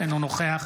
אינו נוכח משה רוט,